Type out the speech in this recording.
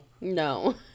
No